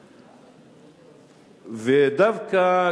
דווקא,